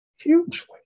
Hugely